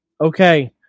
Okay